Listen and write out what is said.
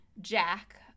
Jack